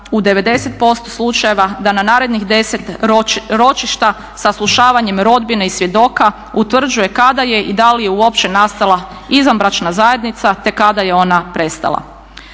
u 90% slučajeva da na narednih 10 ročišta saslušavanjem rodbine i svjedoka utvrđuje kada je i da li je uopće nastala izvanbračna zajednica, te kada je ona prestala.